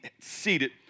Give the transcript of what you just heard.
seated